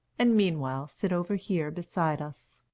and meanwhile sit over here beside us.